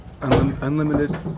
unlimited